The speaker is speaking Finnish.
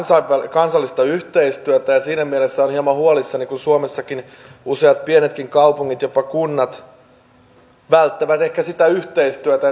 kansallista yhteistyötä ja siinä mielessä olen hieman huolissani kun suomessakin useat pienetkin kaupungit jopa kunnat välttävät ehkä sitä yhteistyötä